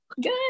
Good